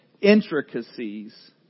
intricacies